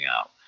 out